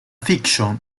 fiction